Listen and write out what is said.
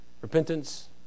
Repentance